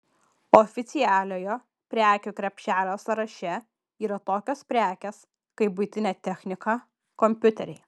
oficialiojo prekių krepšelio sąraše yra tokios prekės kaip buitinė technika kompiuteriai